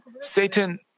Satan